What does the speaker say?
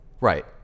Right